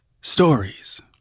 stories